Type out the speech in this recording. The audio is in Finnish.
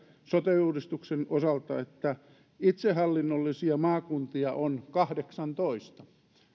sote uudistuksen osalta että itsehallinnollisia maakuntia on kahdeksantoista